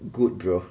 good bro